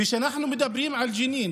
וכשאנחנו מדברים על ג'נין